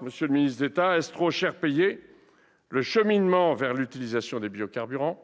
Monsieur le ministre d'État, est-ce trop cher payé pour le cheminement vers l'utilisation des biocarburants